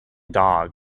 dog